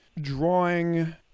drawing